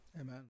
Amen